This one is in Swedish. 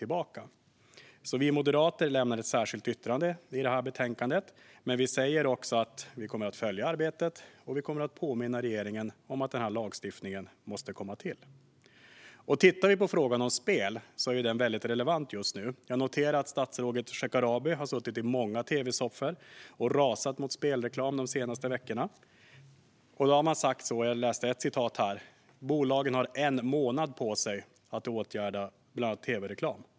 Vi moderater har därför gjort ett särskilt yttrande i detta betänkande. Men vi säger också att vi kommer att följa arbetet och att vi kommer att påminna regeringen om att denna lagstiftning måste införas. Frågan om spel är mycket relevant just nu. Jag noterar att statsrådet Shekarabi har suttit i många tv-soffor de senaste veckorna och rasat mot spelreklam. Han har bland annat sagt: Bolagen har en månad på sig att åtgärda bland annat tv-reklam.